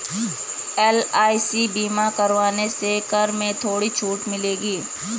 LIC बीमा करवाने से कर में थोड़ी छूट मिलेगी